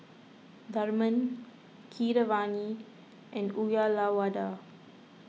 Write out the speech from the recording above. Tharman Keeravani and Uyyalawada